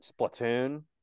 Splatoon